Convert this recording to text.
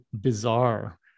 bizarre